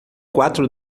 quatro